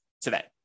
today